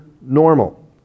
normal